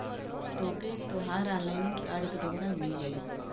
तोके तोहर online card क ब्योरा मिल जाई